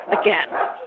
again